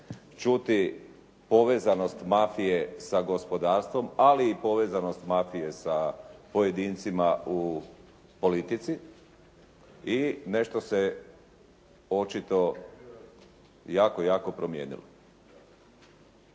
čuti povezanost mafije sa gospodarstvom, ali i povezanost mafije sa pojedincima u politici. I nešto se očito jako, jako promijenilo.